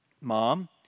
Mom